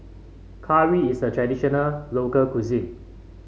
curry is a traditional local cuisine